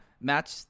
match